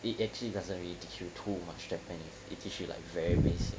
it actually doesn't really teach you too much japanese it teach you like very basic